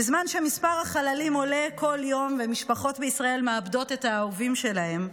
בזמן שמספר החללים עולה כל יום ומשפחות בישראל מאבדות את האהובים שלהם,